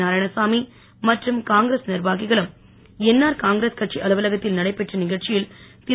நாராயணசாமி மற்றும் காங்கிரஸ் நிர்வாகிகளும் என்ஆர் காங்கிரஸ் கட்சி அலுவலகத்தில் நடைபெற்ற நிகழ்ச்சியில் திரு